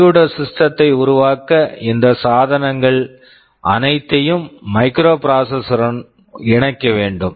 computer system computer system ஐ உருவாக்க இந்த சாதனங்கள் அனைத்தையும் மைக்ரோபிராசஸர்ஸ் microprocessor உடன் இணைக்க வேண்டும்